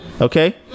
Okay